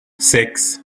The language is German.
sechs